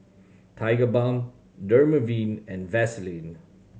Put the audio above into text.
Tigerbalm Dermaveen and Vaselin